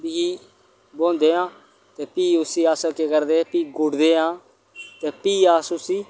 बीऽ बोंदे आं ते भी उसी अस केह् करदे भी गुडदे आं ते फ्ही अस उसी